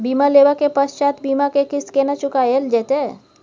बीमा लेबा के पश्चात बीमा के किस्त केना चुकायल जेतै?